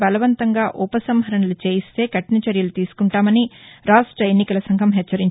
బలవంతంగా ఉపసంహరణలు చేయిస్తే కఠినచర్యలు తీసుకుంటామని రాష్ట్ర ఎన్నికలసంఘం హెచ్చరించింది